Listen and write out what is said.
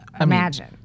imagine